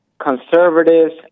Conservatives